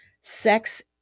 sex